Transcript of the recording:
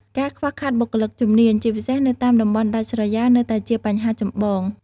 ការខ្វះខាតបុគ្គលិកជំនាញ ជាពិសេសនៅតាមតំបន់ដាច់ស្រយាលនៅតែជាបញ្ហាចម្បង។